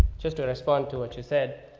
just don't respond to what you said.